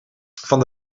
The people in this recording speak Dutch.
van